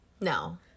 No